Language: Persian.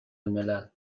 الملل